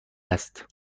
است